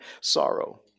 sorrow